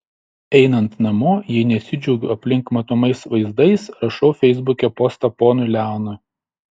einant namo jei nesidžiaugiu aplink matomais vaizdais rašau feisbuke postą ponui leonui